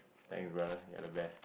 thanks brother you're the best